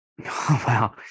wow